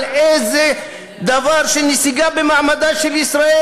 על איזה דבר, נסיגה במעמדה של ישראל?